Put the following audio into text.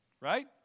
right